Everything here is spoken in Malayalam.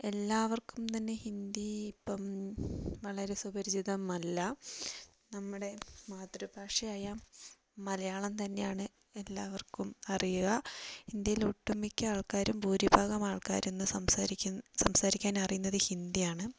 എല്ലാവർക്കും തന്നെ ഹിന്ദി ഇപ്പം വളരെ സുപരിചിതമല്ല നമ്മുടെ മാതൃഭാഷയായ മലയാളം തന്നെയാണ് എല്ലാവർക്കും അറിയുക ഇന്ത്യയിലെ ഒട്ടുമിക്ക ആൾക്കാരും ഭൂരിഭാഗം ആൾക്കാർ ഇന്ന് സംസാരിക്കും സംസാരിക്കാൻ അറിയുന്നത് ഹിന്ദിയാണ്